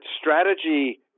strategy